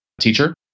teacher